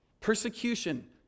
persecution